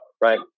Right